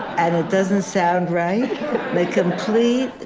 and it doesn't sound right the complete